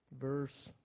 Verse